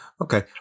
Okay